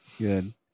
Good